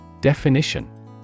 Definition